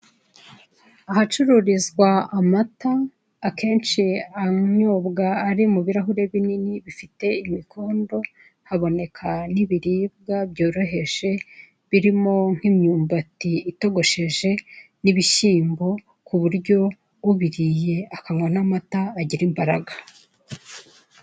Ahacururizwa amata, akenshi anyobwa ari mu birahure binini bifite imikondo, haboneka n'ibiribwa byoroheje, birimo nk'imyumbati itogosheje n'ibishyimbo kuburyo ubiriye akanywa n'amata agira imbaraga.